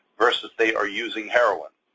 versus they are using heroin.